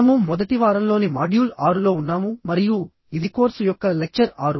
మనము మొదటి వారంలోని మాడ్యూల్ 6 లో ఉన్నాము మరియు ఇది కోర్సు యొక్క లెక్చర్ 6